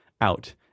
out